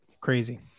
Crazy